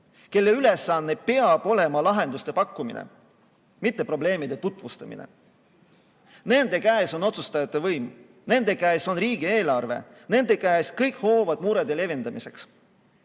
kelle ülesanne peab olema lahenduste pakkumine, mitte probleemide tutvustamine. Nende käes on otsustajate võim, nende käes on riigieelarve, nende käes on kõik hoovad murede leevendamiseks.